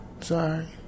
Sorry